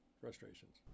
frustrations